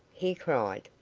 he cried.